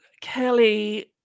Kelly